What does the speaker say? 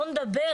בואו נדבר,